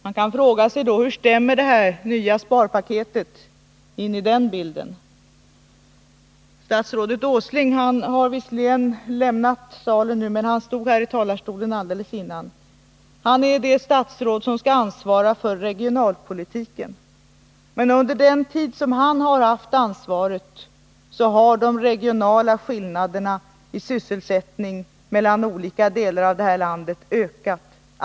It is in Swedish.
Man kan fråga sig hur det nya sparpaketet passar in i den bilden. Statsrådet Åsling, som nu har lämnat kammaren, stod i denna talarstol för en stund sedan. Han är det statsråd som skall ansvara för regionalpolitiken. Men under den tid som han har haft ansvaret för den har de regionala skillnaderna i sysselsättning mellan olika delar av landet ökat.